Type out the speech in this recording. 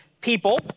people